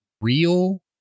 real